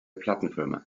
plattenfirma